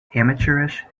amateurish